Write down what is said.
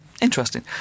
Interesting